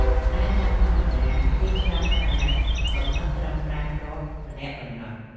តែតាមធម្មតា គេច្រើនតែកំណត់ត្រឹម ៥ គ្រាប់ម្នាក់ប៉ុណ្ណោះ។